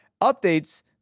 updates